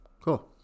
cool